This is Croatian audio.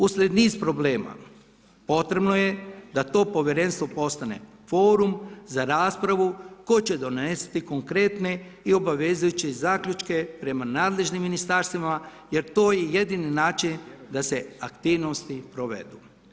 Uslijed niza problema, potrebno je da to povjerenstvo postane forum za raspravu koje će donijeti konkretne i obvezujuće zaključke prema nadležnim ministarstvima jer to je jedini način da se aktivnosti provedu.